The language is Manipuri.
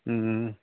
ꯎꯝ